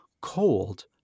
cold